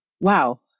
wow